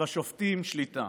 על השופטים שליטה.